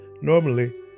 normally